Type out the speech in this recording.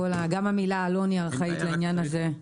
גם המילה "עלון" היא ארכאית לעניין הזה.